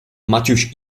maciuś